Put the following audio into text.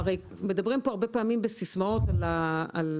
מדברים כאן הרבה פעמים בסיסמאות על הרפורמה,